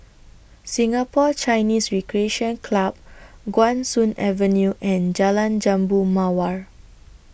Singapore Chinese Recreation Club Guan Soon Avenue and Jalan Jambu Mawar